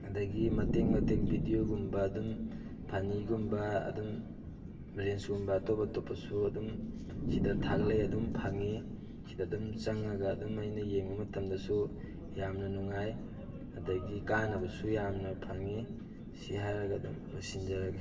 ꯑꯗꯒꯤ ꯃꯇꯦꯛ ꯃꯇꯦꯛ ꯕꯤꯗꯤꯌꯣꯒꯨꯝꯕ ꯑꯗꯨꯝ ꯐꯟꯅꯤꯒꯨꯝꯕ ꯑꯗꯨꯝ ꯔꯤꯜꯁꯀꯨꯝꯕ ꯑꯇꯣꯞ ꯑꯇꯣꯞꯄꯁꯨ ꯑꯗꯨꯝ ꯁꯤꯗ ꯊꯥꯒꯠꯂꯛꯑꯦ ꯑꯗꯨꯝ ꯐꯪꯉꯤ ꯁꯤꯗ ꯑꯗꯨꯝ ꯆꯪꯉꯒ ꯑꯗꯨꯝ ꯑꯩꯅ ꯌꯦꯡꯕ ꯃꯇꯝꯗꯁꯨ ꯌꯥꯝꯅ ꯅꯨꯡꯉꯥꯏ ꯑꯗꯒꯤ ꯀꯥꯟꯅꯕꯁꯨ ꯌꯥꯝꯅ ꯐꯪꯉꯤ ꯁꯤ ꯍꯥꯏꯔꯒ ꯑꯗꯨꯝ ꯂꯣꯏꯁꯤꯟꯖꯔꯒꯦ